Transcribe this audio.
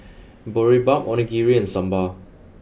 Boribap Onigiri and Sambar